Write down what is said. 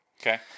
Okay